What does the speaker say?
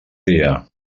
dia